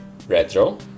retro